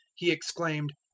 he exclaimed,